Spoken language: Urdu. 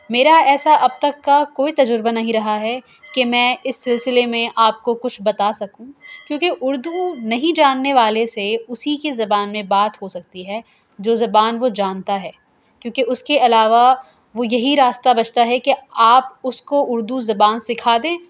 میرا ایسا اب تک کا کوئی تجربہ نہیں رہا ہے کہ میں اس سلسلے میں آپ کو کچھ بتا سکوں کیوں کہ اردو نہیں جاننے والے سے اسی کے زبان میں بات ہو سکتی ہے جو زبان وہ جانتا ہے کیوں کہ اس کے علاوہ وہ یہی راستہ بچتا ہے کہ آپ اس کو اردو زبان سکھا دیں